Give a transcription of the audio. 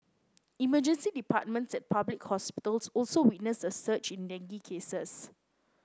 emergency departments at public hospitals also witnessed a surge in dengue cases